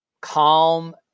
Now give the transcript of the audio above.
calm